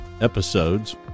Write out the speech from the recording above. episodes